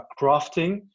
crafting